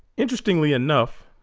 interestingly enough